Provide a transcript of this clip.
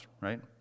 Right